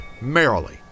merrily